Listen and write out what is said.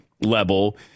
level